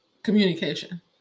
Communication